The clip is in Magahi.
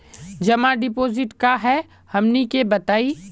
जमा डिपोजिट का हे हमनी के बताई?